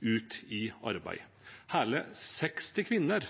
ut i arbeid. Hele 60 kvinner